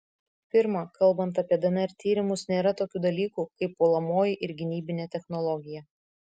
pirma kalbant apie dnr tyrimus nėra tokių dalykų kaip puolamoji ir gynybinė technologija